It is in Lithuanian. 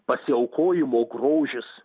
pasiaukojimo grožis